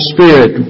Spirit